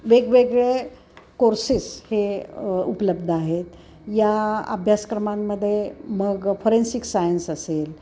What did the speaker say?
वेगवेगळे कोर्सेस हे उपलब्ध आहेत या अभ्यासक्रमांमध्ये मग फॉरेन्सिक सायन्स असेल